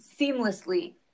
seamlessly